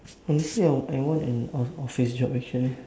honestly I I want an o~ office job actually